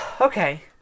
Okay